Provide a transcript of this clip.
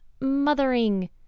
mothering